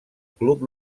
club